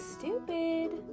stupid